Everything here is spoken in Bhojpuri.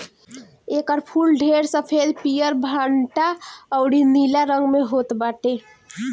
एकर फूल ढेर सफ़ेद, पियर, भंटा अउरी नीला रंग में होत बाटे